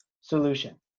solution